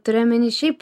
turi omeny šiaip